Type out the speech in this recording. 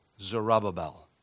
Zerubbabel